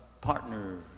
partner